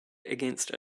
against